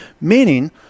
meaning